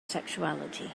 sexuality